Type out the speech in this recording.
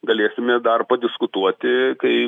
galėsime dar padiskutuoti kai